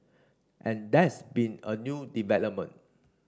and there's been a new development